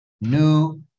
new